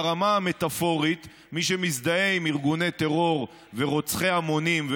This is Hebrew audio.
ברמה המטפורית מי שמזדהה עם ארגוני טרור ורוצחי המונים,